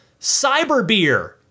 CyberBeer